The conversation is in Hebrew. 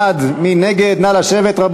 התשע"ג 2013. ההצעה להסיר מסדר-היום את